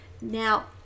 now